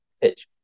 pitch